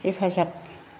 हेफाजाब